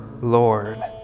Lord